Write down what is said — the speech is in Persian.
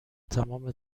تمام